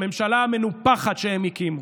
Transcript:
לממשלה המנופחת שהם הקימו.